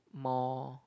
more